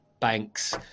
banks